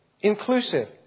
inclusive